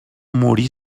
morí